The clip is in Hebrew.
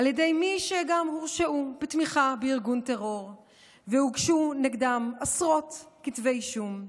על ידי מי שגם הורשעו בתמיכה בארגון טרור והוגשו נגדם עשרות כתבי אישום.